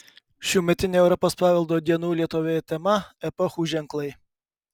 šiųmetinė europos paveldo dienų lietuvoje tema epochų ženklai